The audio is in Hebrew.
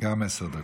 גם עשר דקות.